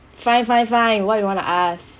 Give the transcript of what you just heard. fine fine fine what you want to ask